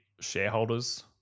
shareholders